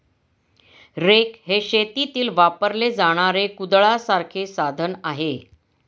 rake हे शेतीत वापरले जाणारे कुदळासारखे साधन आहे